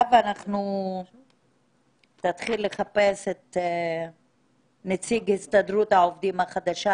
אחריו תתחיל לחפש את נציג הסתדרות העובדים החדש,